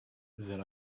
then